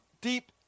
deep